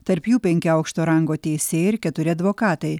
tarp jų penki aukšto rango teisėjai ir keturi advokatai